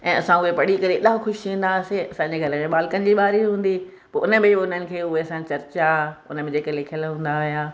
ऐं असां उहे पढ़ी करे एॾा ख़ुशि थींदासीं असांजे ॻल्हाइण ॿालकनि जी बारी हूंदी पोइ उनमें उन्हनि खे उहे असांजी चर्चा उन में जेके लिखियल हूंदा हुया